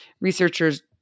researchers